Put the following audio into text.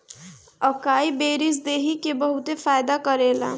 अकाई berries देहि के बहुते फायदा करेला